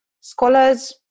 scholars